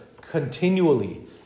continually